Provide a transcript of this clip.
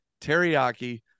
teriyaki